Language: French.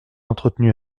entretenu